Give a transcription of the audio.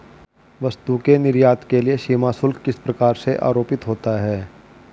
वस्तु के निर्यात के लिए सीमा शुल्क किस प्रकार से आरोपित होता है?